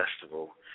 festival